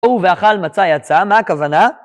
הוא ואכל מצא יצא, מה הכוונה?